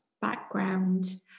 background